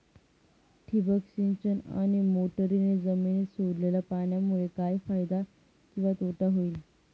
ठिबक सिंचन आणि मोटरीने जमिनीत सोडलेल्या पाण्यामुळे काय फायदा किंवा तोटा होईल?